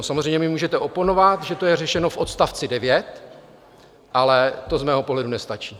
Samozřejmě mi můžete oponovat, že to je řešeno v odst. 9, ale to z mého pohledu nestačí.